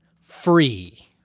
Free